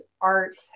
art